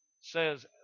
says